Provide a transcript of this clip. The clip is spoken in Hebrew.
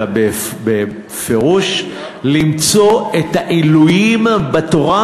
אלא בפירוש למצוא את העילויים בתורה,